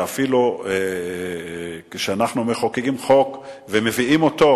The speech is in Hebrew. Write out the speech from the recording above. ואפילו כשאנחנו מחוקקים חוק ומביאים אותו,